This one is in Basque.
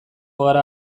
gara